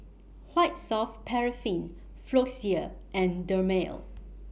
White Soft Paraffin Floxia and Dermale